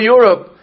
Europe